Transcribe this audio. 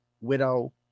widow